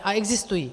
A existují.